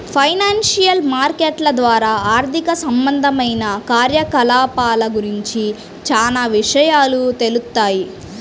financial మార్కెట్ల ద్వారా ఆర్థిక సంబంధమైన కార్యకలాపాల గురించి చానా విషయాలు తెలుత్తాయి